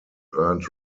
earned